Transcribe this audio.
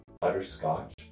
butterscotch